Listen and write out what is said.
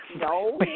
no